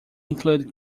include